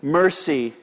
mercy